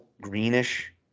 greenish